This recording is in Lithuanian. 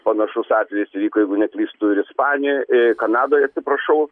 panašus atvejis įvyko jeigu neklystu ir ispanijoj kanadoj atsiprašau